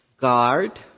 guard